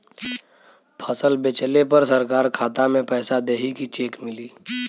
फसल बेंचले पर सरकार खाता में पैसा देही की चेक मिली?